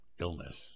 illness